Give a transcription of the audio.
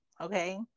Okay